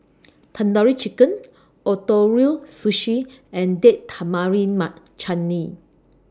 Tandoori Chicken Ootoro Sushi and Date Tamarind Chutney